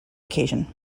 occasion